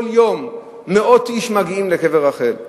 כל יום מאות איש מגיעים לקבר רחל.